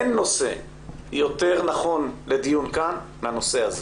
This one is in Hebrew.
אין נושא יותר נכון לדיון כאן מהנושא הזה